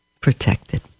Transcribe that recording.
protected